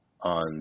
on